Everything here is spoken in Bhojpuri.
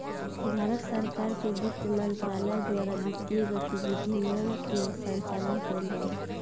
भारत सरकार के बित्त मंत्रालय द्वारा वित्तीय गतिविधियन के संचालन कईल जाला